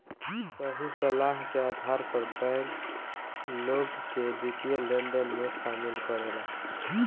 सही सलाह के आधार पर बैंक, लोग के वित्तीय लेनदेन में शामिल करेला